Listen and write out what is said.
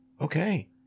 Okay